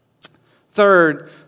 Third